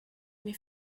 mais